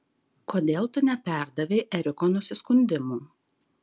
kodėl tu neperdavei eriko nusiskundimų